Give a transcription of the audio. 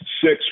six